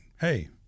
hey